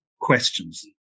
questions